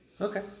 Okay